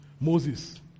Moses